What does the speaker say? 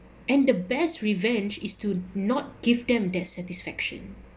and the best revenge is to not give them that satisfaction